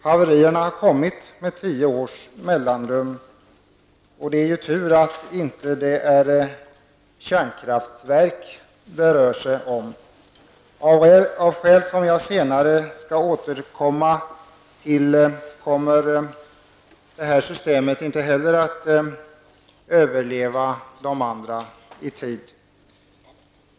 Haverierna har kommit med tio års mellanrum. Det är tur att det inte är kärnkraftverk som det rör sig om. Av skäl som jag senare skall återkomma till kommer dock inte heller det här systemet att överleva andra system vad gäller tiden.